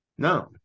No